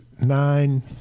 nine